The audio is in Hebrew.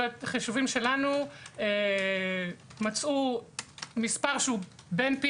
חישובים שלנו מצאו מספר שהוא בין פי